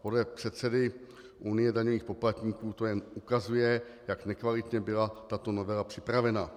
Podle předsedy Unie daňových poplatníků to jen ukazuje, jak nekvalitně byla tato novela připravena.